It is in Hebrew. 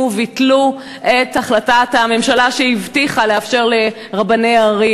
וביטלו את החלטת הממשלה שהבטיחה לאפשר לרבני ערים.